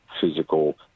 physical